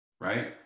right